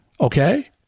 Okay